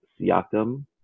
Siakam